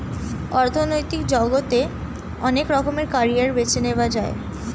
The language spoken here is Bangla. অর্থনৈতিক জগতে অনেক রকমের ক্যারিয়ার বেছে নেয়া যায়